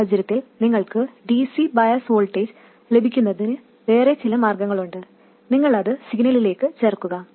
ഈ സാഹചര്യത്തിൽ നിങ്ങൾക്ക് dc ബയാസ് വോൾട്ടേജ് ലഭിക്കുന്നതിന് വേറെചില മാർഗമുണ്ട് നിങ്ങൾ അത് സിഗ്നലിലേക്ക് ചേർക്കുക